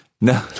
No